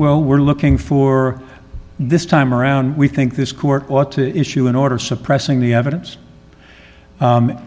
well we're looking for this time around we think this court ought to issue an order suppressing the evidence